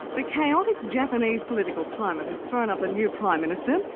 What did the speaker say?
the chaotic japanese political climate has so and up a new prime minister,